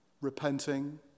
repenting